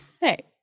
Hey